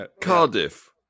Cardiff